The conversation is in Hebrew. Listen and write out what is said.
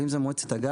ואם זה מועצת הגז,